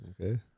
Okay